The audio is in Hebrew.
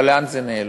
אבל לאן זה נעלם?